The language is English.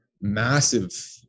massive